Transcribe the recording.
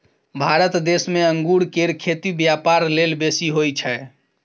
भारत देश में अंगूर केर खेती ब्यापार लेल बेसी होई छै